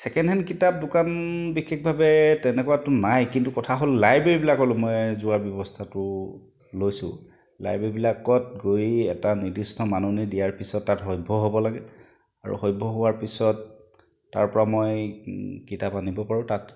second hand কিতাপ দোকান বিশেষভাৱে তেনেকুৱাতো নাই কিন্তু কথা হ'ল লাইব্ৰেৰীবিলাকলৈ মই যোৱাৰ ব্যৱস্থাটো লৈছো লাইব্ৰেৰীবিলাকত গৈ এটা নিদিষ্ট মাননী দিয়াৰ পিছত তাত সভ্য হ'ব লাগে আৰু সভ্য হোৱাৰ পিছত তাৰপৰা মই কিতাপ আনিব পাৰো তাত